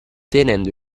tenendo